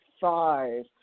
five